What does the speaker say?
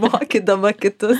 mokydama kitus